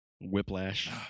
Whiplash